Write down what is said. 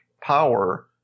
power